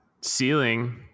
ceiling